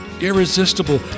irresistible